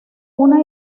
una